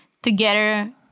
Together